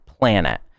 planet